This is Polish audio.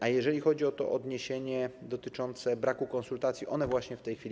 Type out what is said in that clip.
A jeżeli chodzi o to odniesienie dotyczące braku konsultacji, to one właśnie w tej chwili.